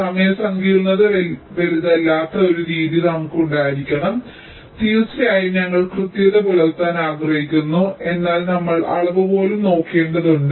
സമയ സങ്കീർണ്ണത വലുതല്ലാത്ത ഒരു രീതി നമുക്കുണ്ടായിരിക്കണം തീർച്ചയായും ഞങ്ങൾ കൃത്യത പുലർത്താൻ ആഗ്രഹിക്കുന്നു എന്നാൽ നമ്മൾ അളവുകോലും നോക്കേണ്ടതുണ്ട്